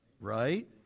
right